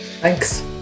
Thanks